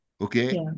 Okay